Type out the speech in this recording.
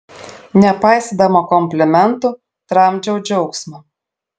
nepaisydama komplimentų tramdžiau džiaugsmą